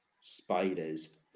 spiders